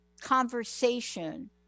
conversation